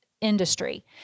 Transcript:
industry